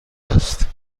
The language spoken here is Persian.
است